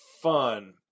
fun